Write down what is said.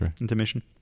intermission